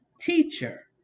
teacher